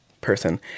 person